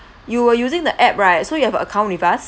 you were using the app right so you have account with us